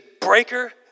breaker